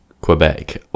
Quebec